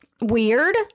weird